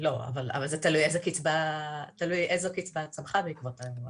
לא, אבל תלוי איזו קצבה צמחה בעקבות האירוע הזה.